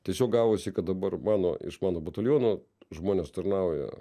tiesiog gavosi kad dabar mano iš mano bataliono žmonės tarnauja